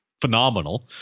Phenomenal